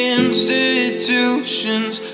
institution's